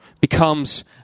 becomes